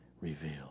revealed